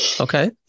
Okay